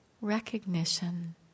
recognition